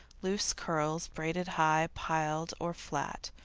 loose curl, braids high piled or flat.